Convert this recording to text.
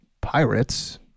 pirates